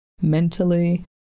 mentally